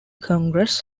congress